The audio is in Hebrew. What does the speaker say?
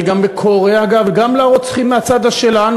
אני קורא גם לרוצחים מהצד שלנו,